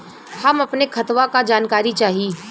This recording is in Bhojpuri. हम अपने खतवा क जानकारी चाही?